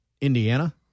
Indiana